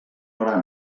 hora